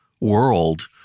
world